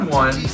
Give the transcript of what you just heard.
one